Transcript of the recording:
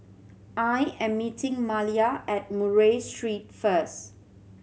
I am meeting Malia at Murray Street first